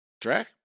track